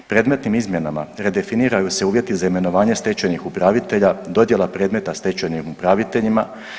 Predmetnim izmjenama redefiniraju se uvjeti za imenovanje stečajnih upravitelja, dodjela predmeta stečajnim upraviteljima.